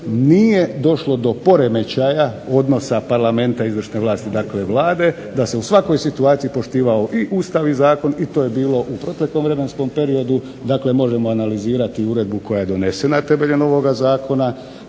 nije došlo do poremećaja odnosa Parlamenta, izvršne vlasti dakle Vlade, da se u svakoj situaciji poštivao i Ustav i zakon i to je bilo u proteklom vremenskom periodu, dakle možemo analizirati uredbu koja je donesena temeljem ovog zakona.